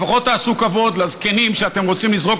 לפחות תעשו כבוד לזקנים שאתם רוצים לזרוק